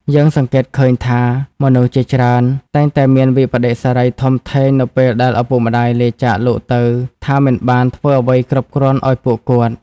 យើងសង្កេតឃើញថា មនុស្សជាច្រើនតែងតែមានវិប្បដិសារីធំធេងនៅពេលដែលឪពុកម្តាយលាចាកលោកទៅថា មិនបានធ្វើអ្វីគ្រប់គ្រាន់ឲ្យពួកគាត់។